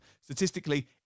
Statistically